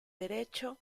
derecho